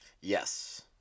Yes